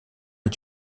est